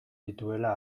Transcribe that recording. dituela